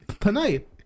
Tonight